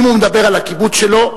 אם הוא מדבר על הקיבוץ שלו,